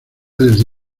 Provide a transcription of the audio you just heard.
desde